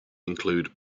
include